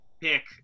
pick